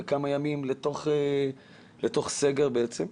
בכמה ימים לתוך סגר בעצם.